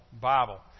Bible